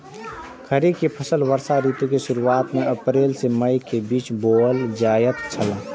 खरीफ के फसल वर्षा ऋतु के शुरुआत में अप्रैल से मई के बीच बौअल जायत छला